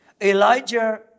Elijah